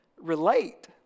relate